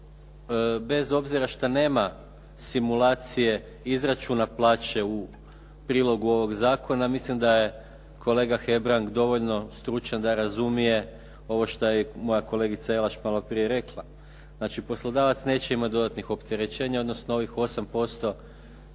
bez obzira što nema simulacije izračuna plaće u prilogu ovog zakona, mislim da je kolega Hebrang dovoljno stručan da razumije ovo što je i moja kolegica Jelaš malo prije rekla. Znači poslodavac neće imati dodatnih opterećenja, odnosno ovih 8%